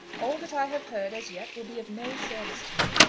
all that i have heard as yet will be of no service to me.